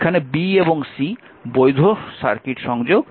এখানে b এবং c বৈধ সার্কিট সংযোগ